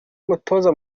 mutoza